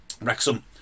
wrexham